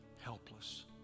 helpless